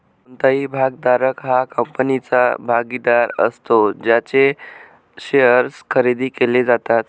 कोणताही भागधारक हा कंपनीचा भागीदार असतो ज्यांचे शेअर्स खरेदी केले जातात